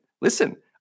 listen